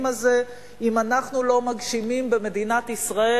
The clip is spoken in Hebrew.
הזה אם אנחנו לא מגשימים במדינת ישראל,